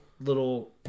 little